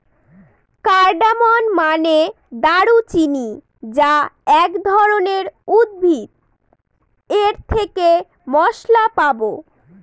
cardamom মানে দারুচিনি যা এক ধরনের উদ্ভিদ এর থেকে মসলা পাবো